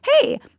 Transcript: hey